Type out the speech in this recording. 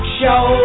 show